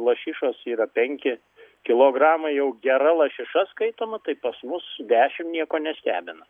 lašišos yra penki kilogramai jau gera lašiša skaitoma tai pas mus dešimt nieko nestebina